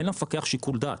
אין למפקח שיקול דעת.